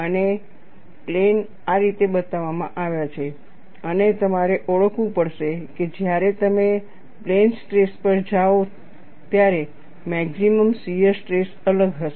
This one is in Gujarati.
અને પ્લેન આ રીતે બતાવવામાં આવ્યા છે અને તમારે ઓળખવું પડશે કે જ્યારે તમે પ્લેન સ્ટ્રેસ પર જાઓ ત્યારે મેક્સિમમ શીયર સ્ટ્રેસ અલગ હશે